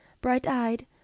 bright-eyed